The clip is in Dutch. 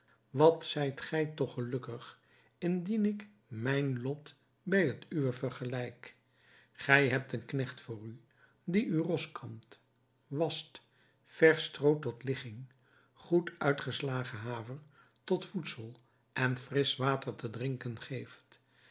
wat zijt gij toch gelukkig indien ik mijn lot bij het uwe vergelijk gij hebt een knecht voor u die u roskamt wascht versch stroo tot ligging goed uitgeslagen haver tot voedsel en frisch water te drinken geeft